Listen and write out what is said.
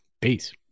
Peace